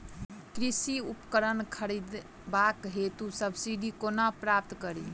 कृषि उपकरण खरीदबाक हेतु सब्सिडी कोना प्राप्त कड़ी?